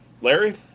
Larry